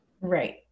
right